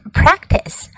practice